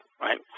right